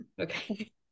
Okay